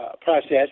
process